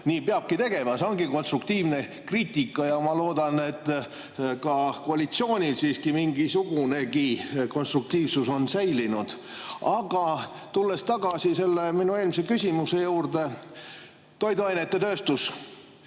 nii peabki tegema, see ongi konstruktiivne kriitika. Ma loodan, et ka koalitsioonil siiski mingisugunegi konstruktiivsus on säilinud. Aga tulen tagasi minu eelmise küsimuse juurde. Toiduainetööstus,